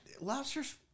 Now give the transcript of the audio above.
lobster's